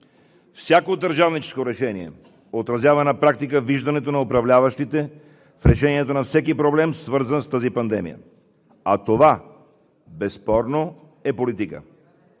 Всяко държавническо решение отразява на практика виждането на управляващите в решението на всеки проблем, свързан с тази пандемия, а това безспорно е политика.